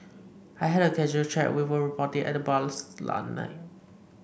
I had a casual chat with a reporter at the bar last night